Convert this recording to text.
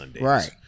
Right